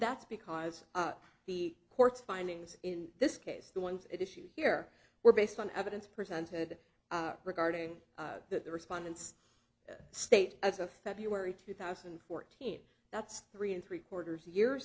that's because the court's findings in this case the ones at issue here were based on evidence presented regarding that the respondents state as of february two thousand and fourteen that's three and three quarters years